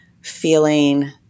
feeling